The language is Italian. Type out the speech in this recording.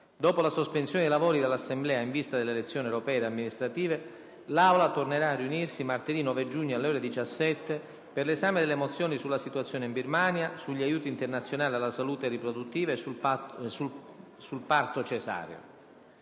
Dopo la sospensione dei lavori dell'Assemblea in vista delle elezioni europee e amministrative, l'Aula tornerà a riunirsi martedì 9 giugno, alle ore 17, per l'esame di mozioni sulla situazione in Birmania, sugli aiuti internazionali alla salute riproduttiva e sul parto cesareo.